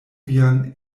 vian